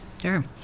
Sure